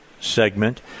segment